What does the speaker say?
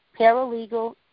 Paralegal